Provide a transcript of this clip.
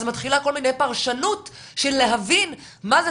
אז מתחילה כל מיני פרשנות של להבין מה זה